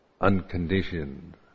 unconditioned